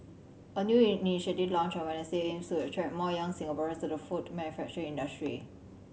a new initiative launched on Wednesday aims to attract more young Singaporeans to the food manufacturing industry